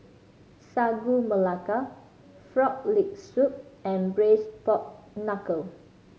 Sagu Melaka Frog Leg Soup and braise pork knuckle